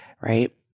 right